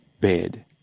bed